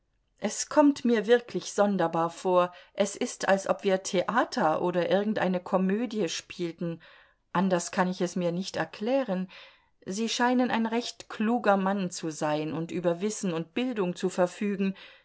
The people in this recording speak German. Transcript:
es kommt mir wirklich sonderbar vor es ist als ob wir theater oder irgendeine komödie spielten anders kann ich es mir nicht erklären sie scheinen ein recht kluger mann zu sein und über wissen und bildung zu verfügen